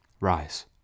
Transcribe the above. Rise